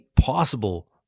possible